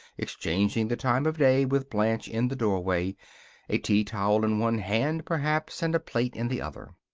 exchanging the time of day with blanche in the doorway a tea towel in one hand, perhaps, and a plate in the other.